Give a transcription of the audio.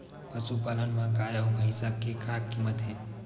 पशुपालन मा गाय अउ भंइसा के का कीमत हे?